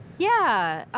yeah.